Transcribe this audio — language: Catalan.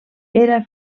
era